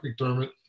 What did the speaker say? McDermott